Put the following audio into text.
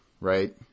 Right